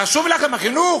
חשוב לכם החינוך?